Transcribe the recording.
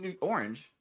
Orange